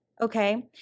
Okay